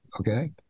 Okay